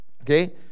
Okay